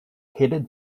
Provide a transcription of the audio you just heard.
headed